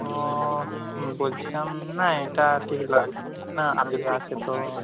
তো বলছিলাম না এটা ঠিক লাগছে না আর যদি আছে তো